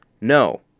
no